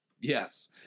Yes